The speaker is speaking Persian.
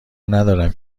ندارم